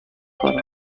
کنم